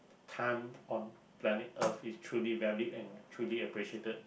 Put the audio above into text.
time on planet earth is truly valued and truly appreciated